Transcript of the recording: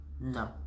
No